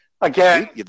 again